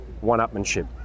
one-upmanship